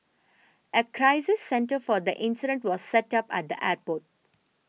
a crisis centre for the incident was set up at the airport